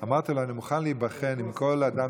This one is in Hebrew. אמרתי לו: אני מוכן להיבחן עם כל אדם